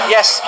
Yes